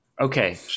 Okay